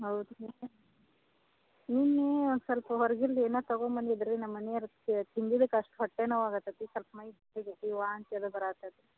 ಹೌದು ನೆನ್ನೆ ಒಂದು ಸ್ವಲ್ಪ ಹೊರ್ಗಿಂದು ಏನೋ ತಗೊಂಬಂದಿದ್ದು ರೀ ನಮ್ಮ ಮನೆಯವ್ರು ತಿಂದಿದ್ದಕ್ಕೆ ಅಷ್ಟು ಹೊಟ್ಟೆ ನೋವು ಆಗತತಿ ಸ್ವಲ್ಪ್ ಮೈ ಬಿಸಿ ಬಿಸಿ ವಾಂತಿ ಎಲ್ಲ ಬರಾತೈತಿ